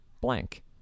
blank